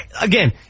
Again